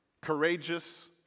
courageous